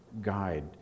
guide